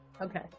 Okay